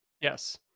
Yes